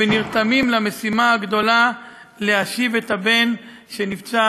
ונרתמים למשימה הגדולה להשיב את הבן שנפצע